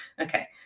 Okay